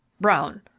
Brown